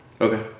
Okay